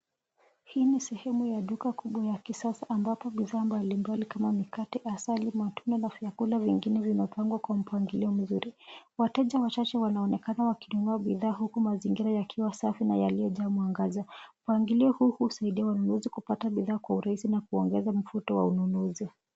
Hii ni sehemu ya duka kubwa ya kisasa ambapo bidhaa mbalimbali kama mikate, asali, matunda na vyakula vingine vinapangwa kwa mpangilio mzuri. Wateja wachache wanaonekana wakinunua bidhaa huku mazingira yakiwa safi na yaliyojaa mwangaza. Mpangilio huu husaidia wanunuzi kupata bidhaa kwa urahisi na kuongeza mvuto wa ununuzi.